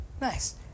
Nice